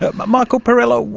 um um michael perrella,